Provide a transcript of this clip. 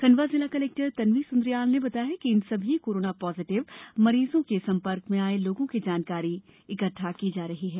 खंडवा जिला कलेक्टर तन्वी सुन्द्रियाल ने बताया कि इन सभी कोरोना पॉजिटिव मरीजों के सम्पर्क में आए लोगों की जानकारी संकलित की जा रही है